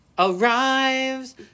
Arrives